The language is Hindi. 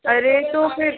अरे तो फिर